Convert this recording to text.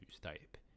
type